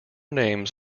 names